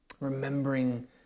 remembering